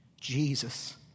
Jesus